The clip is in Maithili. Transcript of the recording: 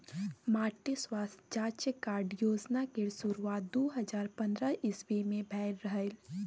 माटि स्वास्थ्य जाँच कार्ड योजना केर शुरुआत दु हजार पंद्रह इस्बी मे भेल रहय